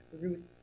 root